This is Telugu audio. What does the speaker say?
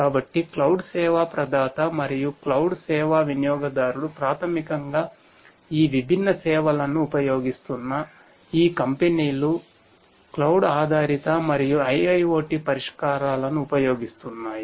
కాబట్టి మీరు క్లౌడ్ ఆధారిత మరియు IIoT పరిష్కారాలను ఉపయోగిస్తున్నాయి